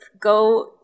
go